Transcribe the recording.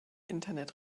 internet